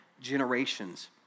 generations